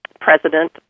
President